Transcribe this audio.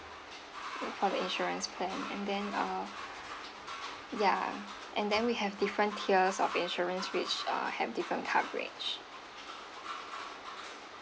for the insurance plan and then uh yeah and then we have different tiers of insurance rates uh have different coverage